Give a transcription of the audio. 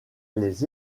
les